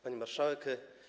Pani Marszałek!